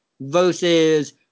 versus